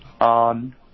on